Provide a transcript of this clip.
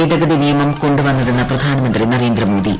ഭേദഗതി നിയമം കൊണ്ടുവന്നതെന്ന് പ്രധാനമന്ത്രി നരേന്ദ്രമോദി